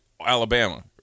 Alabama